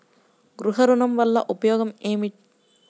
గృహ ఋణం వల్ల ఉపయోగం ఏమి?